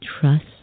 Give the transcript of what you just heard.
trust